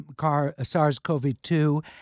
SARS-CoV-2